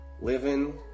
living